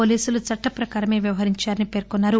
వోలీసులు చట్టప్రకారమే వ్యవహరించారని పేర్కొన్సారు